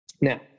Now